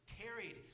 carried